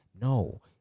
No